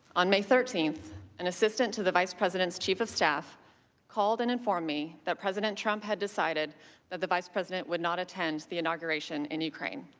on may thirteen, and assistant to the vice president chief of staff called and informed me that president trump had decided that the vice president would not attend the inauguration in ukraine.